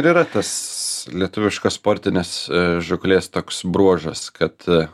ir yra tas lietuviškos sportinės žūklės toks bruožas kad